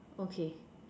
okay